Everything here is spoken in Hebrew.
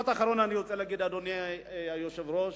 אדוני היושב-ראש,